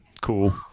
Cool